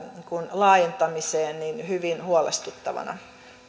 laajentamiseen hyvin huolestuttavana